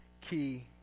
key